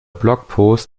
blogpost